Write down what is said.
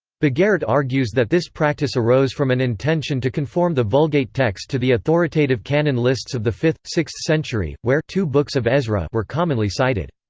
bogaert argues that this practice arose from an intention to conform the vulgate text to the authoritative canon lists of the fifth sixth century, where two books of ezra were commonly cited.